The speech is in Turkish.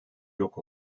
yok